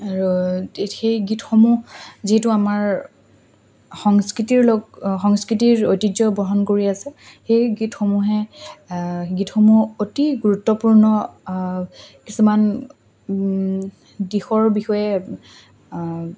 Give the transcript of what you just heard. আৰু সেই গীতসমূহ যিহেতু আমাৰ সংস্কৃতিৰ লগ সংস্কৃতিৰ ঐতিহ্য বহন কৰি আছে সেই গীতসমূহে গীতসমূহ অতি গুৰুত্বপূৰ্ণ কিছুমান দিশৰ বিষয়ে